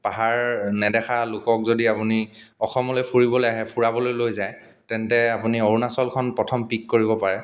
পাহাৰ নেদেখা লোকক যদি আপুনি অসমলৈ ফুৰিবলৈ আহে ফুৰাবলৈ লৈ যায় তেন্তে আপুনি অৰুণাচলখন প্ৰথম পিক কৰিব পাৰে